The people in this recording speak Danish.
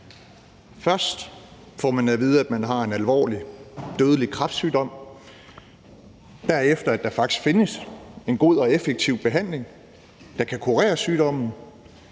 Først får man at vide, at man har en alvorlig, dødelig kræftsygdom; derefter at der faktisk findes en god og effektiv behandling, der kan kurere sygdommen,